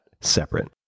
separate